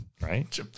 right